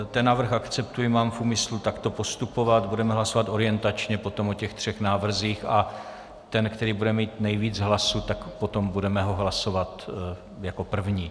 Ten návrh akceptuji, mám v úmyslu takto postupovat, budeme hlasovat orientačně potom o těch třech návrzích a ten, který bude mít nejvíc hlasů, tak ho potom budeme hlasovat jako první.